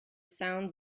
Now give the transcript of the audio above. sounds